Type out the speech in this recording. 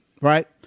right